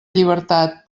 llibertat